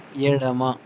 ఎడమ